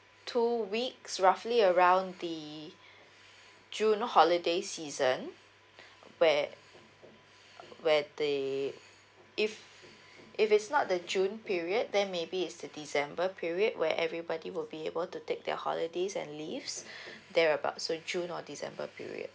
two week's roughly around the june holiday season where where the if if it's not the june period then maybe it's the december period where everybody will be able to take their holidays and leaves there about so june or december period